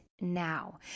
now